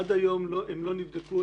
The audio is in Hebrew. עד היום הם לא נבדקו.